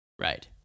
Right